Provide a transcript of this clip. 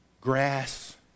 grass